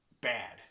bad